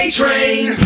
train